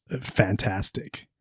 fantastic